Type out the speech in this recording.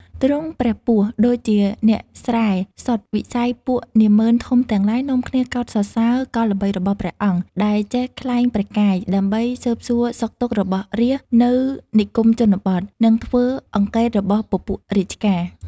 ទ្រង់ព្រះពស្ត្រដូចជាអ្នកស្រែសុទ្ធវិស័យពួកនាហ្មឺនធំទាំងឡាយ នាំគ្នាកោតសរសើរកលល្បិចរបស់ព្រះអង្គ ដែលចេះក្លែងព្រះកាយ ដើម្បីស៊ើបសួរសុខទុក្ខរបស់រាស្ត្រនៅនិគមជនបទ នឹងធ្វើអង្កេតរបស់ពពួករាជការ ។